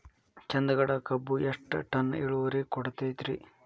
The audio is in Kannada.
ಚಂದಗಡ ಕಬ್ಬು ಎಷ್ಟ ಟನ್ ಇಳುವರಿ ಕೊಡತೇತ್ರಿ?